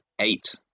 eight